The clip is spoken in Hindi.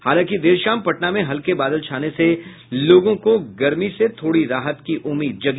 हालांकि देर शाम पटना में हल्के बादल छाने से लोगों को गर्मी से थोड़ी राहत की उम्मीद जगी